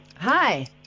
Hi